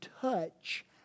touch